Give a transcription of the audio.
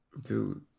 dude